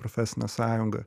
profesinė sąjunga